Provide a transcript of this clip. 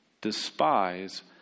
despise